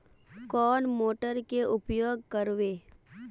कौन मोटर के उपयोग करवे?